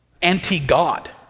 anti-God